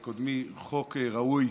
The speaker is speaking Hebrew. טוב.